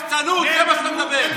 שחצנות, זה מה שאתה מדבר.